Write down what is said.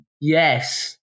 Yes